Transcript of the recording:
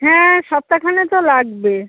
হ্যাঁ সপ্তাখানেক তো লাগবে